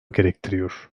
gerektiriyor